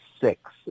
six